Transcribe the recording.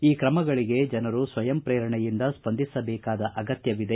ಈ ಕ್ರಮಗಳಿಗೆ ಜನರು ಸ್ವಯಂಪ್ರೇರಣೆಯಿಂದ ಸ್ತಂದಿಸಬೇಕಾದ ಅಗತ್ವವಿದೆ